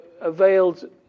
availed